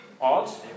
Odd